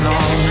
on